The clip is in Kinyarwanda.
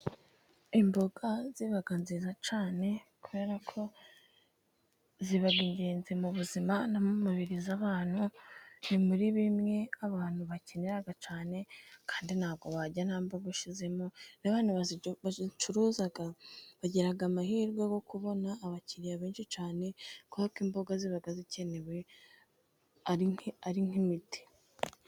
Imboga zibaga nziza cyane, kubera ko ziba ari ingenzi mu buzima, no mumibiri y' abantu, ni muri bimwe abantu bakeneraga cyane, kandi ntabwo barya ntamboga ushyizemo, n'abantu bazicuruza, bagiraga amahirwe yo kubona abakiriya benshi cyane, kubera ko imboga zibaga zikenewe ari nk'imiti.